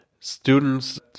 students